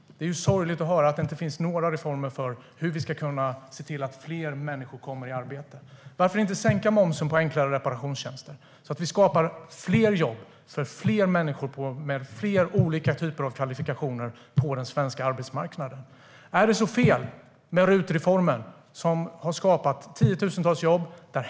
Det är sorgligt att höra att det inte finns några reformer för hur vi ska kunna se till att fler människor kommer i arbete. Varför inte sänka momsen på enklare reparationstjänster, så att vi skapar fler jobb för fler människor med olika typer av kvalifikationer på den svenska arbetsmarknaden? Är det så fel med RUT-reformen, som har skapat tiotusentals jobb?